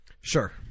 Sure